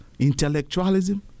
intellectualism